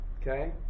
Okay